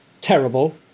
Terrible